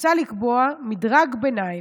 מוצע לקבוע מדרג ביניים,